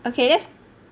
okay let's